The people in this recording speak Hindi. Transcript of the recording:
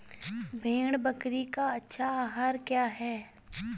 भेड़ बकरी का अच्छा आहार क्या है?